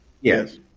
Yes